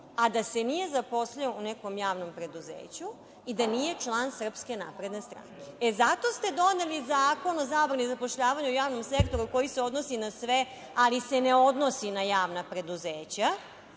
a da se nije zaposlio u nekom javnom preduzeću i da nije član SNS? E, zato ste doneli Zakon o zabrani zapošljavanja u javnom sektoru koji se odnosi na sve, ali se ne odnosi na javna preduzeća